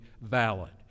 valid